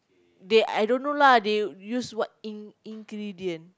they I don't know lah they use what in~ ingredient